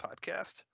podcast